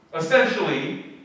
Essentially